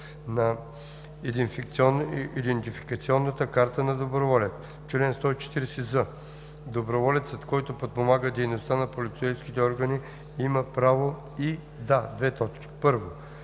на идентификационна карта на доброволец. Чл. 140з. Доброволецът, който подпомага дейността на полицейските органи, има право и да: 1. подпомага